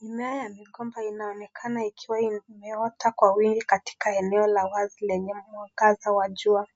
Mimea na migomba inaonekana ikiwa imenawiri katika eneo la wazi lenye mwangaza wa jua.